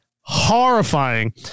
horrifying